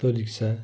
ହାତ ରିକ୍ସା